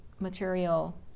material